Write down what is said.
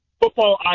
football